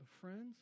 friends